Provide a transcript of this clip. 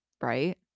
right